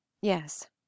Yes